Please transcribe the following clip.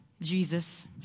Jesus